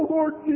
Lord